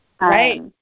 Right